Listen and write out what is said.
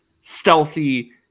stealthy